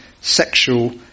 sexual